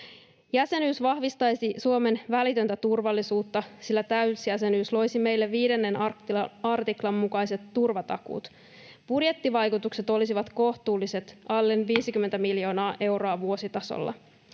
Jäsenyys vahvistaisi Suomen välitöntä turvallisuutta, sillä täysjäsenyys loisi meille 5 artiklan mukaiset turvatakuut. Budjettivaikutukset olisivat kohtuulliset, alle 50 miljoonaa euroa vuositasolla.